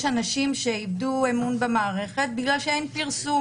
אנשים שאיבדו אמון במערכת בגלל שאין פרסום,